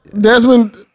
Desmond